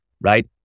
right